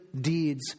deeds